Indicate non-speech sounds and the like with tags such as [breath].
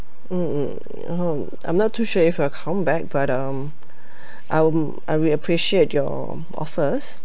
mm mm um I'm not sure if I'll come back but um [breath] I'll um I'll appreciate your offers